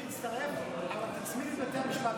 אני אצטרף, אבל תצמידי גם את בתי המשפט.